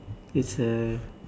it's a